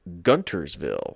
Guntersville